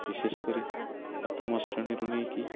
ବିଶେଷ କରି ପ୍ରଥମ ଶ୍ରେଣୀରୁ ନେଇକି